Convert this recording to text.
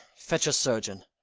fetch a surgeon.